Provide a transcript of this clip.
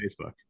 Facebook